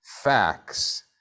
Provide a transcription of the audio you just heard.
Facts